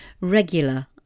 Regular